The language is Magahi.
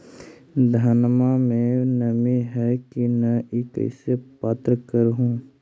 धनमा मे नमी है की न ई कैसे पात्र कर हू?